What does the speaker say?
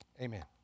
Amen